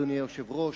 אדוני היושב-ראש,